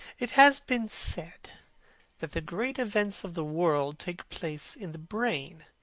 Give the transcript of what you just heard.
it has been said that the great events of the world take place in the brain.